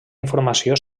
informació